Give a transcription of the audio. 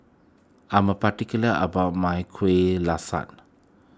I'm particular about my Kueh Lasat